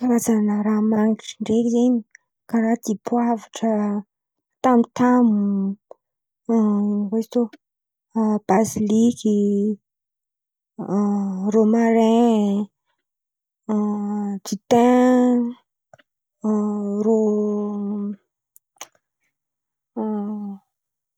Karazan̈a raha mangitry ndraiky zen̈y, karà dipoavatra, tamotamo, basiliky, rômarin, rô